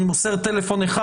אני מוסר טלפון אחד,